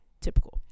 typical